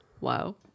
Wow